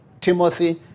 Timothy